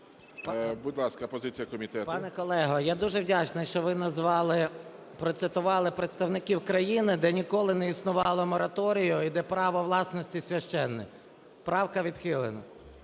Пане колего, я дуже вдячний, що ви назвали, процитували представників країни, де ніколи не існувало мораторію і де право власності священне. Правка відхилена.